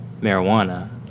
marijuana